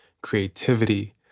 creativity